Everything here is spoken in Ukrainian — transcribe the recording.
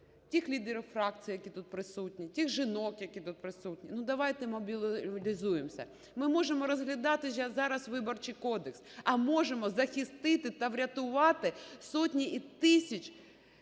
тих лідерів фракцій, які тут присутні, тих жінок, які тут присутні: давайте мобілізуємося, ми можемо розглядати зараз Виборчий кодекс, а можемо захистити та врятувати сотні і тисячі життів